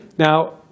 Now